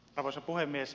arvoisa puhemies